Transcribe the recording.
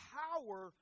power